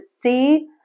see